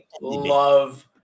love